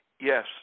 Yes